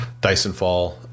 Dysonfall